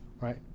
right